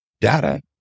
data